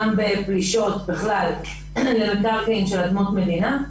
גם בפלישות בכלל לאדמות מדינה,